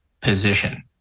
position